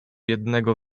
jednego